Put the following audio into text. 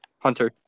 Hunter